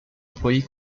employée